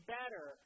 better